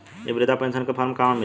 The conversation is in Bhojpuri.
इ बृधा पेनसन का फर्म कहाँ मिली साहब?